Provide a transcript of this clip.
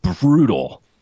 brutal